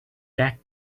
that